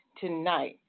tonight